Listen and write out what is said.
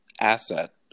asset